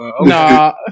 Nah